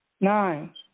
nine